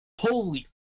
Holy